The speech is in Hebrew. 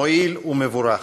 מועיל ומבורך.